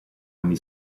anni